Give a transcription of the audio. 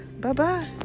Bye-bye